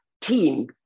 team